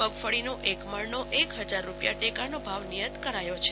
મગફળીનો એક મણનો એક હજાર રૂપિયા ટેકાનો ભાવ નિયત કરાયો છે